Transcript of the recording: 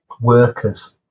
workers